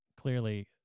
Clearly